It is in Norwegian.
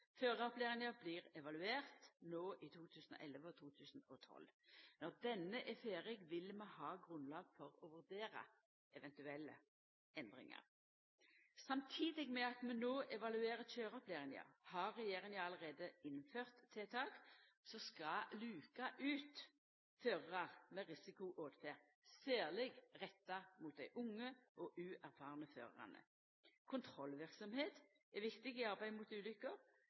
blir evaluert no i 2011 og 2012. Når denne er ferdig, vil vi ha grunnlag for å vurdera eventuelle endringar. Samstundes med at vi no evaluerer køyreopplæringa, har regjeringa allereie innført tiltak som skal luka ut førarar med risikoåtferd, særleg retta mot dei unge og uerfarne førarane. Kontrollverksemd er viktig i arbeidet mot